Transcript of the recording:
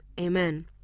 Amen